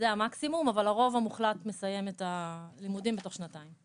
זה המקסימום אבל הרוב המוחלט מסיים את הלימודים בתוך שנתיים.